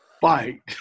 Fight